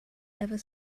ever